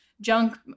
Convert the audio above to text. junk